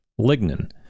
lignin